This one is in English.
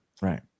right